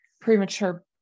premature